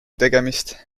tegemist